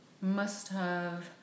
Must-have